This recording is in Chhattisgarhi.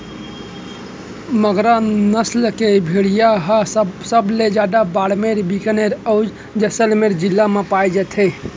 मगरा नसल के भेड़ी ह सबले जादा बाड़मेर, बिकानेर, अउ जैसलमेर जिला म पाए जाथे